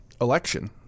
election